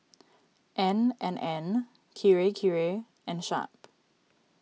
N and N Kirei Kirei and Sharp